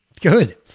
Good